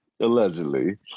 Allegedly